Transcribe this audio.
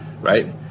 right